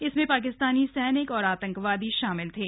इनमें पाकिस्तानी सैनिक और आतंकवादी शामिल थे